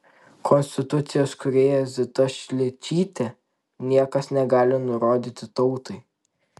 konstitucijos kūrėja zita šličytė niekas negali nurodyti tautai